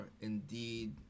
indeed